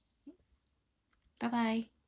bye bye